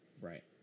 Right